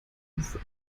hufe